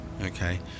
Okay